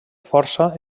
força